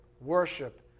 worship